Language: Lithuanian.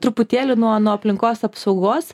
truputėlį nuo nuo aplinkos apsaugos